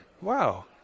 wow